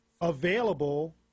available